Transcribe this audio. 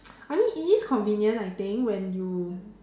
I mean it is convenient I think when you